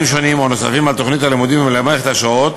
שונים או נוספים על תוכנית הלימודים למערכת השעות,